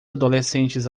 adolescentes